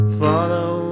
follow